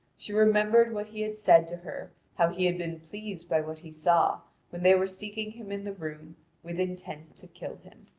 she remembered what he had said to her how he had been pleased by what he saw when they were seeking him in the room with intent to kill him.